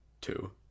Two